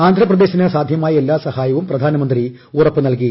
ആന്ധ്രാപ്രദേശിന് സാധ്യമായ എല്ലാ സഹായവും പ്രധാനമന്ത്രി ഉറപ്പ് നൽകി